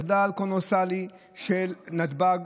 מחדל קולוסלי של נתב"ג,